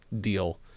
deal